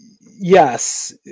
yes